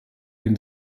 den